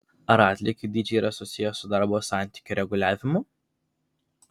ar atlygių dydžiai yra susiję su darbo santykių reguliavimu